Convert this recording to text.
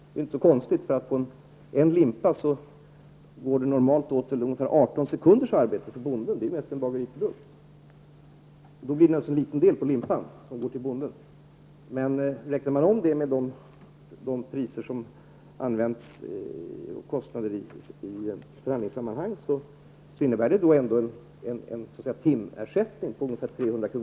Det är inte så konstigt, eftersom det i framställningen av limpan ligger ungefär 18 sekunders arbete för bonden. Limpan är ju mest en bageriprodukt. Räknar man om bondens andel till sådana kostnader som brukar åberopas i förhandlingssammanhang, visar det sig att den ändå motsvarar en timersättning på ungefär 300 kr.